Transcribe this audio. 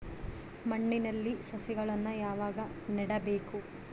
ಮಣ್ಣಿನಲ್ಲಿ ಸಸಿಗಳನ್ನು ಯಾವಾಗ ನೆಡಬೇಕು?